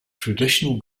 traditional